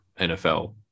nfl